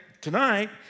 tonight